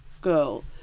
girl